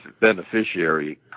beneficiary